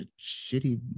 shitty